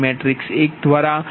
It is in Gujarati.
દ્વારા ઉપર વધે છે